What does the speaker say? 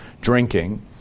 drinking